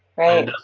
right.